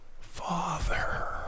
Father